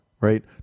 right